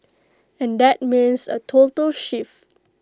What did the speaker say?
and that means A total shift